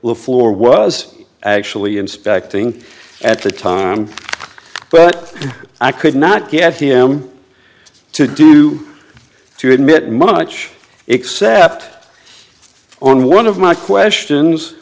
floor was actually inspecting at the time but i could not get him to do to admit much except on one of my questions